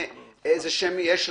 איזה שם יש לך.